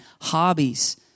hobbies